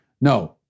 No